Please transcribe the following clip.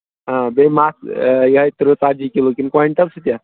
آ بیٚیہِ مَژھ یِہٕے تٕرٛہ ژَتجی کِلوٗ کِنہٕ کویِنٹَل سُہ تہِ